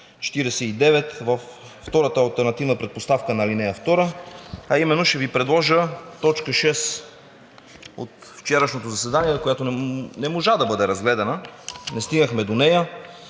49 във втората алтернативна предпоставка на ал. 2, а именно: ще Ви предложа точка шест от вчерашното заседание, която не можа да бъде разгледана, не стигнахме до нея